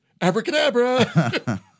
Abracadabra